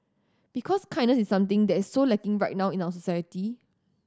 because kindness is something that so lacking right now in our society